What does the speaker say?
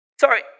sorry